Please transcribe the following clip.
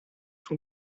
sont